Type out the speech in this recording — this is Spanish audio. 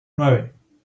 nueve